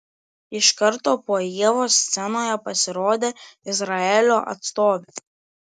iš karto po ievos scenoje pasirodė izraelio atstovė